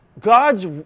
God's